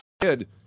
kid